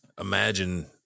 imagine